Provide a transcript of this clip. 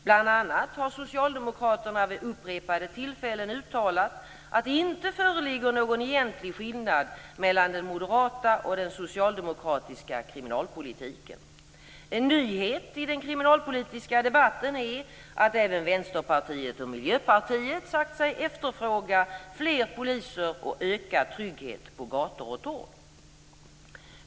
Bl.a. har Socialdemokraterna vid upprepade tillfällen uttalat att det inte föreligger någon egentlig skillnad mellan den moderata och den socialdemokratiska kriminalpolitiken. En nyhet i den kriminalpolitiska debatten är att även Vänsterpartiet och Miljöpartiet sagt sig efterfråga fler poliser och ökad trygghet på gator och torg.